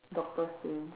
Doctor Strange